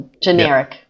generic